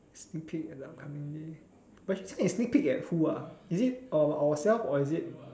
sneak peek at the upcoming day but sneak peek but sneak at who ah is it our ourselves or is it